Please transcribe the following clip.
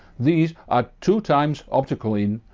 these are two times optical in,